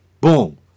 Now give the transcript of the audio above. boom